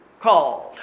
called